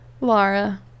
Laura